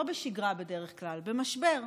לא בשגרה בדרך כלל, במשבר.